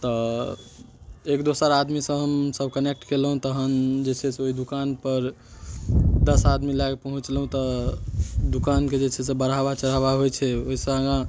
तऽ एक दोसर आदमीसंँ हमसब कनेक्ट कयलहुँ तहन जे छै से ओइ दोकानपर दस आदमी लए कऽ पहुँचलहुँ तऽ दूकान के जे छै से बढ़ावा चढ़ावा होइ छै ओइसँ आगाँ